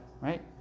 Right